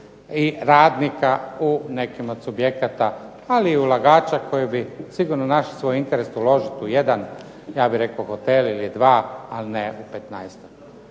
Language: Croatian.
radnika u nekim od subjekata, ali i ulagača koji bi sigurno našli interes uložiti u jedan hotel u 2, ali ne u